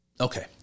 Okay